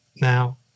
Now